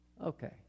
Okay